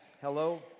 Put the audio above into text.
Hello